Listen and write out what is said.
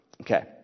Okay